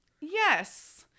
Yes